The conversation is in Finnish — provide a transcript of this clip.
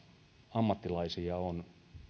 ammattilaisia on